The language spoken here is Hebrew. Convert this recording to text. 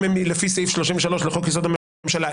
אם הם לפי סעיף 33 לחוק יסוד: הממשלה,